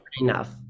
enough